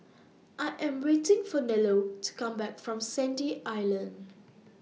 I Am waiting For Nello to Come Back from Sandy Island